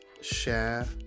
share